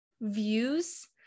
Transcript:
views